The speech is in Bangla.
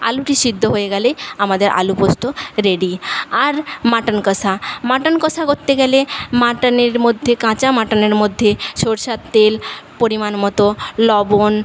আলুটি সিদ্ধ হয়ে গেলে আমাদের আলুপোস্ত রেডি আর মাটন কষা মাটন কষা করতে গেলে মাটনের মধ্যে কাঁচা মাটনের মধ্যে সরষের তেল পরিমাণ মতো লবণ